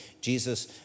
Jesus